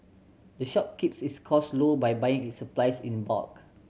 the shop keeps its cost low by buying its supplies in bulk